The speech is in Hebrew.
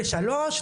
לשלוש,